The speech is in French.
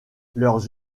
leurs